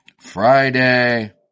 Friday